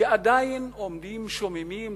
ועדיין עומדות שוממות,